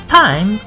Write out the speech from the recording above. time